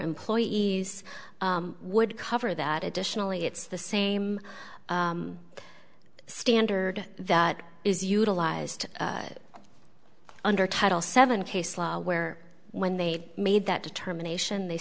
employees would cover that additionally it's the same standard that is utilized under title seven case law where when they made that determination they